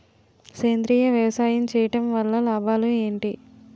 సేంద్రీయ వ్యవసాయం చేయటం వల్ల లాభాలు ఏంటి?